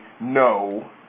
no